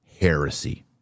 heresy